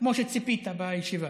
כמו שציפית בישיבה.